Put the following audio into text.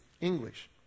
English